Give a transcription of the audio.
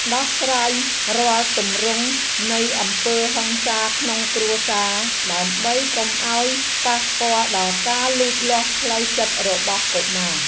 ដោះស្រាយរាល់ទម្រង់នៃអំពើហិង្សាក្នុងគ្រួសារដើម្បីកុំឱ្យប៉ះពាល់ដល់ការលូតលាស់ផ្លូវចិត្តរបស់កុមារ។